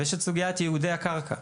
ויש את סוגיית ייעודי הקרקע.